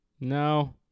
No